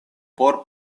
por